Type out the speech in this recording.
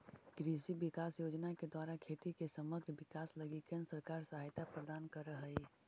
कृषि विकास योजना के द्वारा खेती के समग्र विकास लगी केंद्र सरकार सहायता प्रदान करऽ हई